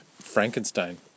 Frankenstein